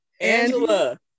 Angela